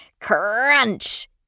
crunch